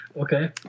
Okay